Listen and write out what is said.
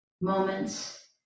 Moments